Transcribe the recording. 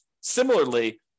Similarly